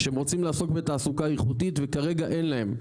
שהם רוצים לעסוק בתעסוקה איכותית וכרגע אין להם,